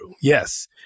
Yes